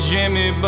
Jimmy